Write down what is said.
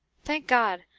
thank god!